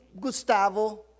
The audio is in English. Gustavo